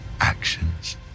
actions